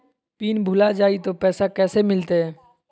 Pin भूला जाई तो पैसा कैसे मिलते?